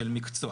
של מקצוע.